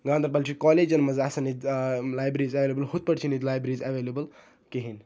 گاندَربَل چھُ کالیجَن مَنٛز آسان ییٚتہِ لایبرٔریٖز ایویلیبٕل ہُتھ پٲٹھۍ چھَنہٕ ییٚتہِ لایبرٔریٖز ایویلیبٕل کِہیٖنۍ